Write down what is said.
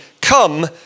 come